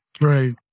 right